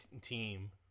team